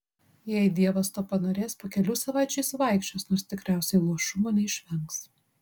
jei dievas to panorės po kelių savaičių jis vaikščios nors tikriausiai luošumo neišvengs